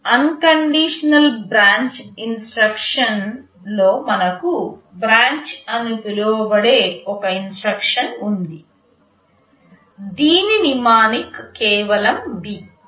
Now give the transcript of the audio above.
unconditional branch instruction లో మనకు branch అని పిలువబడే ఒక ఇన్స్ట్రక్షన్ ఉంది దీని నిమానిక్ కేవలం B